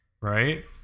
Right